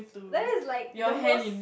that is like the most